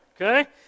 Okay